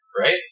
right